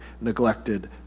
neglected